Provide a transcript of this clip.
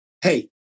Hey